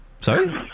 Sorry